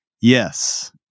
Yes